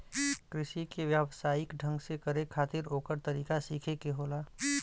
कृषि के व्यवसायिक ढंग से करे खातिर ओकर तरीका सीखे के होला